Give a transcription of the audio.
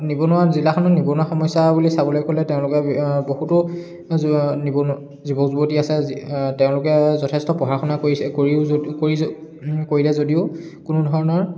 নিবনুৱা জিলাখনত নিবনুৱা সমস্যা বুলি চাবলৈ গ'লে তেওঁলোকে বহুতো নিব যুৱক যুৱতী আছে তেওঁলোকে যথেষ্ট পঢ়া শুনা কৰিছে কৰি কৰিলে যদিও কোনোধৰণৰ